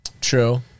True